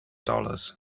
dollars